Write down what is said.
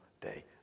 day